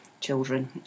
children